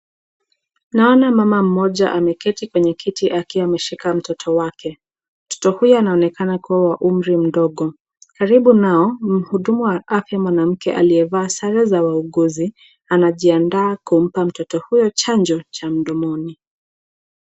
Naona mama moja ameketi kwenye kiti yake ameshika mtoto wake mtoto huyu anonekana kuwa wa umri mdogo karibu nao mhudumu wa mwanamke afya aliyevaa sare za uongozi anajianda kumpa huyo mtoto janjoo ya mdogoni.